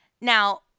Now